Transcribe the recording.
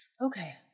okay